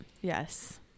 Yes